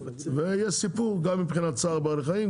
ויהיה סיפור גם מבחינת צער בעלי חיים,